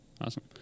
Awesome